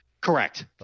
Correct